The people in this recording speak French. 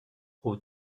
aux